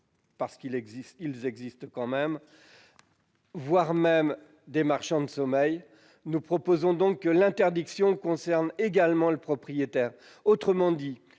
il y en a !-, voire de marchands de sommeil. Nous proposons donc que l'interdiction concerne également le propriétaire. Autrement dit,